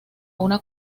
una